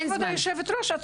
כבוד היושבת-ראש, אני לא מבינה.